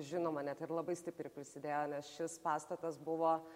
žinoma net ir labai stipriai prisidėjo nes šis pastatas buvo